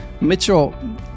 mitchell